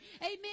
Amen